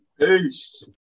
Peace